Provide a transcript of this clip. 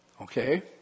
Okay